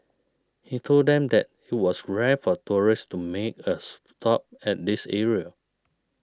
he told them that it was rare for tourists to make a stop at this area